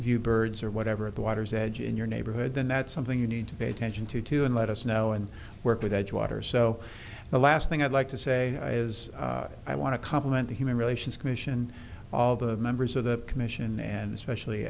you birds or whatever at the water's edge in your neighborhood then that's something you need to pay attention to to and let us know and work with edgewater so the last thing i'd like to say is i want to compliment the human relations commission and all the members of the commission and especially